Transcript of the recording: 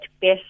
best